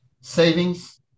savings